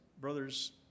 brothers